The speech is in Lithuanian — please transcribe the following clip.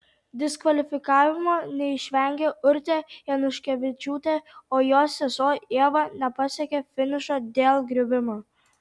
diskvalifikavimo neišvengė urtė januškevičiūtė o jos sesuo ieva nepasiekė finišo dėl griuvimo